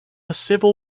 civil